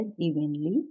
evenly